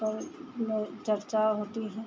तो जो चर्चा होती है